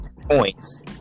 points